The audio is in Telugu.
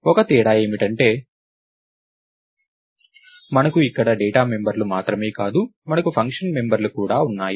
ఒకే తేడా ఏమిటంటే మనకు ఇక్కడ డేటా మెంబర్లు మాత్రమే కాదు మనకు ఫంక్షన్ మెంబర్లు కూడా ఉన్నాయి